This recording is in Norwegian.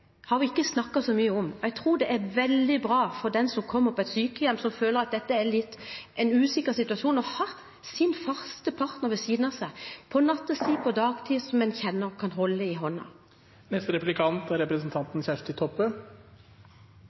har vi ikke snakket så mye om. Jeg tror det er veldig bra for den som kommer på et sykehjem, og som føler at det er en litt usikker situasjon, å ha sin faste partner ved siden av seg – på nattestid og på dagtid – som en kjenner og kan holde i